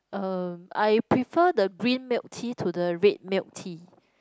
uh I prefer the green milk tea to the red milk tea